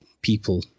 people